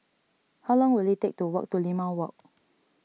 how long will it take to walk to Limau Walk